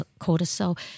cortisol